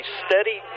steady